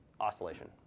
oscillation